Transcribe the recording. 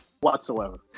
Whatsoever